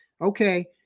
okay